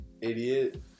Idiot